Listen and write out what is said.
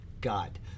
God